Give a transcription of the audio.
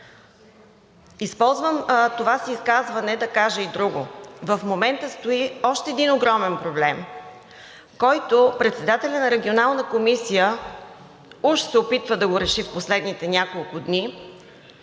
Използвам това си изказване, за да кажа и друго – в момента стои още един огромен проблем, който председателят на Регионалната комисия уж се опитва да го реши в последните няколко дни,